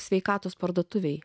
sveikatos parduotuvėje